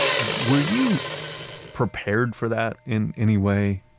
were you prepared for that in any way?